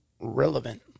relevant